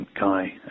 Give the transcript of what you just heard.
guy